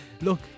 look